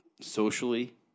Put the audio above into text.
socially